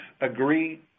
agree